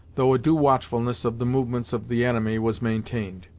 though a due watchfulness of the movements of the enemy was maintained.